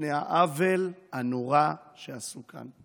לפני העוול הנורא שעשו כאן.